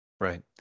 Right